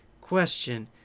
question